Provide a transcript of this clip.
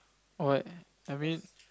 alright I mean